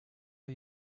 der